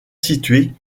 situé